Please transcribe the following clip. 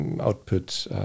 output